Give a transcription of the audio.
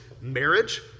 marriage